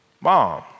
mom